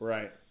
Right